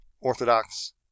orthodox